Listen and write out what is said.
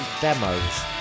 demos